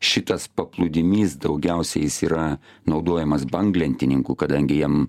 šitas paplūdimys daugiausia jis yra naudojamas banglentininkų kadangi jiem